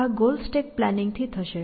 આ goal stack planning થી થશે